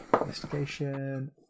Investigation